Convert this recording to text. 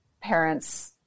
parents